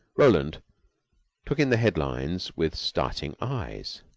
roland took in the headlines with starting eyes.